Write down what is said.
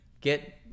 get